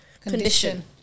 condition